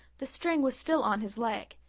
the string was still on his leg,